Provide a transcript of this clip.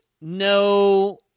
no